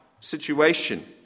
situation